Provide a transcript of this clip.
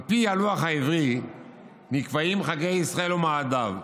על פי הלוח העברי נקבעים חגי ישראל ומועדיו.